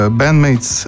bandmates